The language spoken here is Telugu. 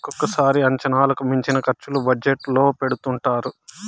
ఒక్కోసారి అంచనాలకు మించిన ఖర్చులు బడ్జెట్ లో పెడుతుంటారు